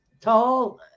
tall